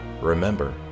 remember